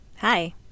Hi